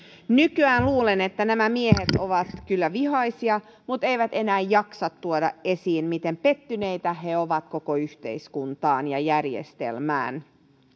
luulen että nykyään nämä miehet ovat kyllä vihaisia mutta eivät enää jaksa tuoda esiin miten pettyneitä he ovat koko yhteiskuntaan ja järjestelmään